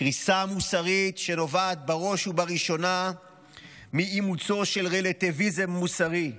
קריסה מוסרית שנובעת בראש ובראשונה מאימוצו של רלטיביזם מוסרי,